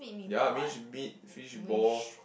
ya minced meat fishball